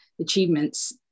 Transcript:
achievements